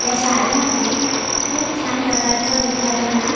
या शाळेमध्ये खूप छान प्रकारचं विद्यार्थ्यांना